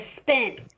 spent